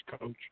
coach